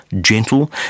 gentle